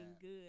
good